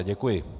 Děkuji.